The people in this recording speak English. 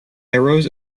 arose